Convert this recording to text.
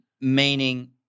Meaning